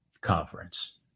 conference